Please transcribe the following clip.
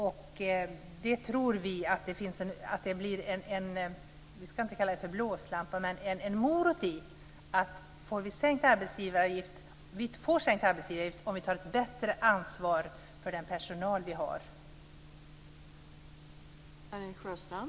Vi tror att det innebär en morot i att man får sänkt arbetsgivaravgift om man tar ett större ansvar för personalen.